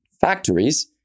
factories